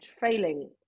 failing